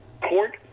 court